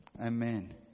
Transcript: Amen